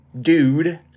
dude